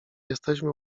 jesteśmy